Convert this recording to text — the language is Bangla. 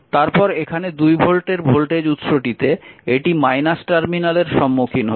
তারপর এখানে 2 ভোল্টের ভোল্টেজ উৎসটিতে এটি টার্মিনালের সম্মুখীন হচ্ছে